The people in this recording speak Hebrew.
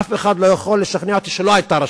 אף אחד לא יכול לשכנע אותי שלא היתה רשלנות.